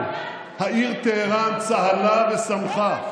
העיר טהראן צהלה ושמחה,